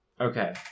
okay